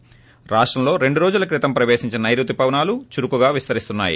ి రాష్టంలో రెండు రోజుల క్రితం ప్రవేశించిన నైరుతి పవనాలు చురుకుగా విస్తరిస్తున్నాయి